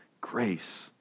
grace